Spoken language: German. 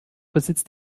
besitzt